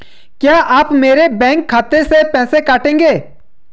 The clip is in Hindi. क्या आप मेरे बैंक खाते से पैसे काटेंगे?